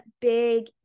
big